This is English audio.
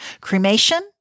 Cremation